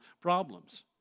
problems